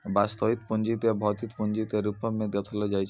वास्तविक पूंजी क भौतिक पूंजी के रूपो म देखलो जाय छै